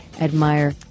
admire